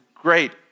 great